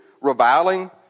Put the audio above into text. reviling